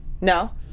No